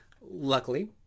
Luckily